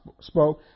spoke